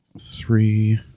Three